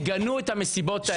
תגנו את המסיבות האלה.